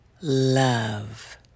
love